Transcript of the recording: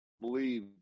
believe